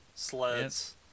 sleds